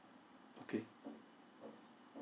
okay